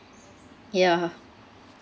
yeah